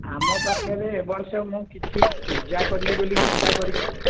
ଆମ ପାଖରେ ଏ ବର୍ଷ ମୁଁ କିଛି ପୂଜା କରିବି ବୋଲି ଚିନ୍ତା କରିଛି